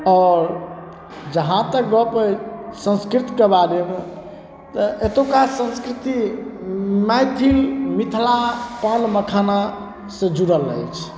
आओर जहाँ तक गप अइ संस्कृतिके बारेमे तऽ एतुका संस्कृति मैथिल मिथिला पान मखानासँ जुड़ल अछि